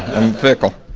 and fickle.